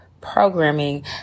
programming